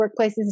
workplaces